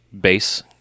base